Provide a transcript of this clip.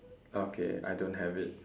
okay I don't have it